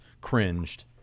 cringed